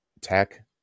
tech